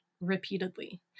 repeatedly